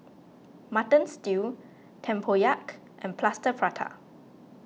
Mutton Stew Tempoyak and Plaster Prata